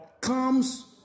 comes